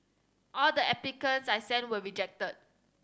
all the applications I sent were rejected